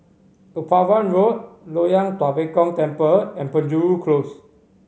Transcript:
Upavon Road Loyang Tua Pek Kong Temple and Penjuru Close